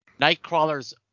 Nightcrawler's